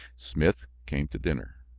smith came to dinner